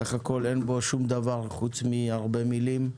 בסך הכול אין בו שום דבר חוץ מהרבה מילים,